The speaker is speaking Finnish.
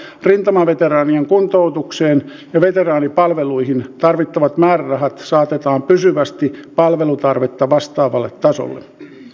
on kohtuutonta että hallituksen ministerit vaativat muun muassa perustutkimukselta tehoa ja näyttöjä